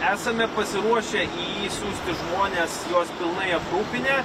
esame pasiruošę išsiųsti žmones juos pilnai aprūpinę